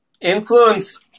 Influence